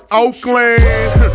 Oakland